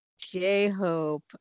J-Hope